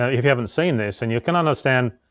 if you haven't seen this, and you can understand,